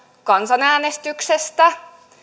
kansanäänestyksestä